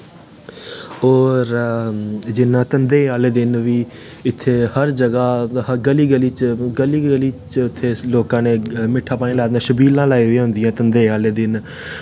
और जियां धमदेंह् आह्ले दिन बी इत्थें हर जगह गली गली च गली गली च इत्थें लोकां ने मिट्ठा लाए दा होंदा शबीलां लाई दियां होंदियां धमदेंह् आह्ले दिन